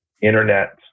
internet